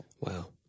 Wow